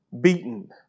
beaten